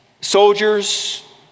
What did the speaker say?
soldiers